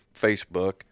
Facebook